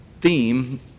theme